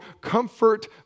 comfort